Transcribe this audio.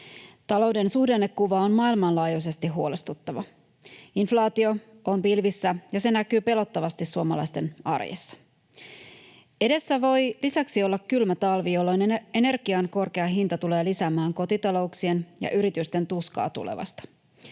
Talouden suhdannekuva on maailmanlaajuisesti huolestuttava. Inflaatio on pilvissä, ja se näkyy pelottavasti suomalaisten arjessa. Edessä voi lisäksi olla kylmä talvi, jolloin energian korkea hinta tulee lisäämään kotita-louksien ja yritysten tuskaa tulevasta.